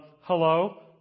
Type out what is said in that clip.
Hello